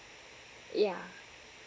yeah